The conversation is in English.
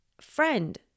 Friend